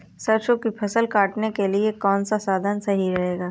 सरसो की फसल काटने के लिए कौन सा साधन सही रहेगा?